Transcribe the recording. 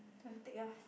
don't take ah